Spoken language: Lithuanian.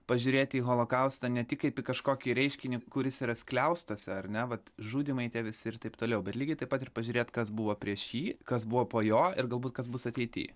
pažiūrėti į holokaustą ne tik kaip kažkokį reiškinį kuris yra skliaustuose ar ne vat žudymai tie visi ir taip toliau bet lygiai taip pat ir pažiūrėt kas buvo prieš jį kas buvo po jo ir galbūt kas bus ateity